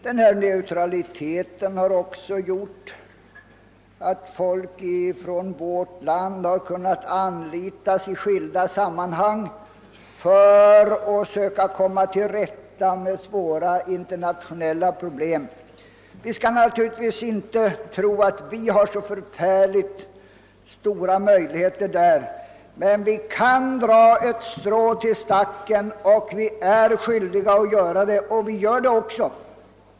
Denna neutralitet har också gjort att människor från vårt land har kunnat anlitas i skilda sammanhang för att söka komma till rätta med svåra internationella problem. Vi skall inte tro att vi har så förfärligt stora möjligheter därvidlag, men vi kan dra ett strå till stacken, vi är skyldiga att göra det och vi gör det också.